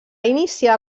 iniciar